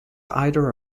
either